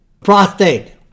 prostate